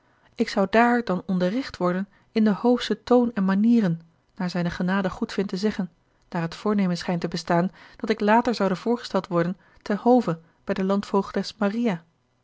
ik zou daar dan onderricht worden in den hoofschen toon en manieren naar zijne genade goedvindt te zeggen daar het voornemen schijnt te bestaan dat ik later zoude voorgesteld worden ten hove bij de landvoogdes maria